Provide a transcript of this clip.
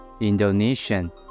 Indonesian